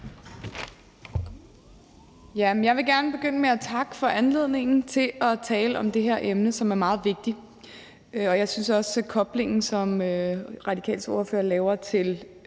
Jeg vil gerne begynde med at takke for anledningen til at tale om det her emne, som er meget vigtigt. Jeg synes også, at den kobling, som Radikales ordfører laver, til